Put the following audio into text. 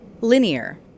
Linear